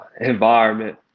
environment